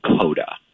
CODA